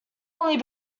only